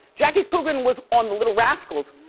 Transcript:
jackie coogan was on the little rascals,